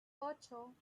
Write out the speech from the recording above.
ocho